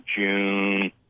June